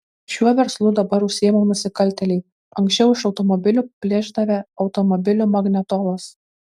šiuo verslu dabar užsiima nusikaltėliai anksčiau iš automobilių plėšdavę automobilių magnetolas